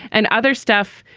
and other stuff.